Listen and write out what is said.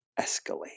escalate